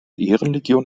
ehrenlegion